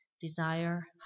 desire